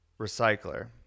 recycler